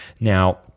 now